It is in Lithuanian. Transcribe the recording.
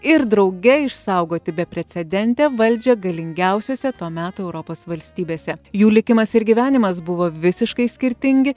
ir drauge išsaugoti beprecedentę valdžią galingiausiose to meto europos valstybėse jų likimas ir gyvenimas buvo visiškai skirtingi